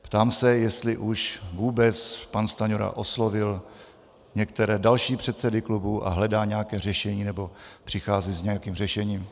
Ptám se, jestli už vůbec pan Stanjura oslovil některé další předsedy klubů a hledá nějaké řešení nebo přichází s nějakým řešením.